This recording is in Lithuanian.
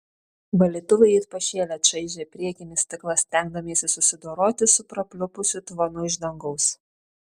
valytuvai it pašėlę čaižė priekinį stiklą stengdamiesi susidoroti su prapliupusiu tvanu iš dangaus